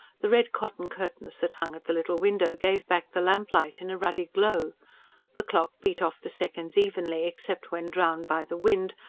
the red-cotton curtains that hung at the little window gave back the lamplight in a ruddy glow the clock beat off the seconds evenly, except when drowned by the wind,